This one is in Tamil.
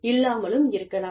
இல்லாமலும் இருக்கலாம்